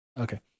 Okay